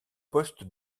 poste